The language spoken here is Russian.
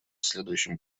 следующим